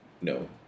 no